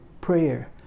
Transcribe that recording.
prayer